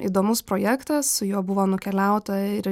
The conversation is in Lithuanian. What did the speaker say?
įdomus projektas su juo buvo nukeliauta ir